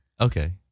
Okay